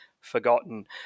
forgotten